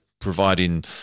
providing